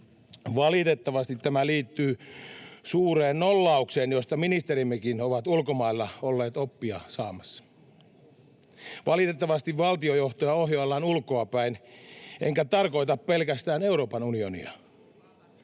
Valitettavasti tämä liittyy suureen nollaukseen, josta ministerimmekin ovat ulkomailla olleet oppia saamassa. Valitettavasti valtionjohtoa ohjaillaan ulkoapäin, enkä tarkoita pelkästään Euroopan unionia.